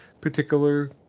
particular